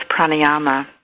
pranayama